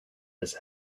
his